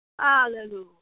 Hallelujah